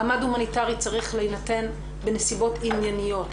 מעמד הומניטרי צריך להינתן בנסיבות ענייניות,